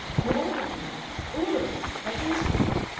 you're all dependents all of you. by instinct.